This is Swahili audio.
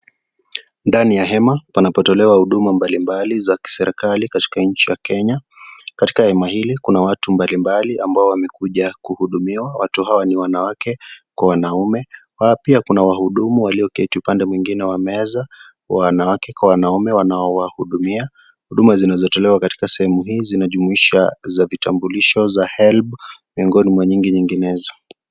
Ndani ya hema panapotolewa huduma mbalimbali za kiserikali katika nchi ya Kenya. Katika hema hili kuna watu mbalimbali ambao wamekuja kuhudumiwa. Watu hawa ni wanawake kwa wanaume. Pia kuna wahudumu walioketi upande mwingine wa meza, wanawake kwa wanaume wanaowahudumia. Huduma zinazotolewa katika sehemu hizi zinajumuisha za vitambulisho, za HELB, miongoni mwa mingi nyinginezo.